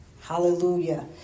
Hallelujah